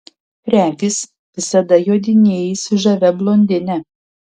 regis visada jodinėji su žavia blondine